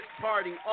party